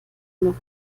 noch